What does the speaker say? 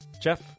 Jeff